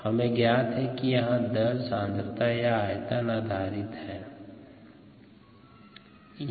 हमें ज्ञात है कि यहाँ दर सांद्रता या आयतन आधारित होता है